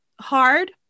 hard